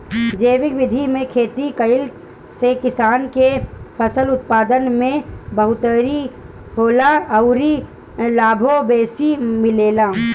जैविक विधि से खेती कईला से किसान के फसल उत्पादन में बढ़ोतरी होला अउरी लाभो बेसी मिलेला